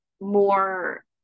more